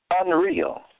unreal